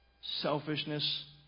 selfishness